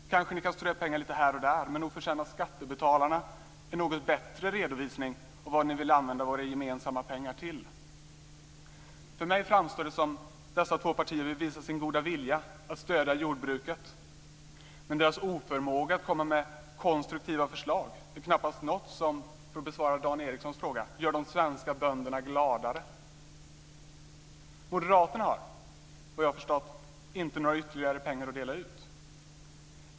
Ni kanske kan strö ut pengar lite här och där, men nog förtjänar skattebetalarna en något bättre redovisning av vad ni vill använda våra gemensamma pengar till. För mig framstår det som om dessa två partier vill visa sin goda vilja att stödja jordbruket. Men deras oförmåga att komma med konstruktiva förslag är knappast något som gör de svenska bönderna gladare, för att besvara Dan Ericssons fråga. Moderaterna har, vad jag har förstått, inte några ytterligare pengar att dela ut.